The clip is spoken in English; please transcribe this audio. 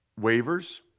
waivers